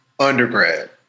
Undergrad